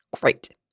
Great